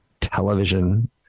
television